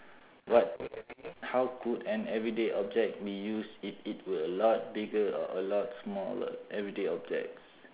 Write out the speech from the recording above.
what how could an everyday object be used if it were a lot bigger or a lot smaller everyday objects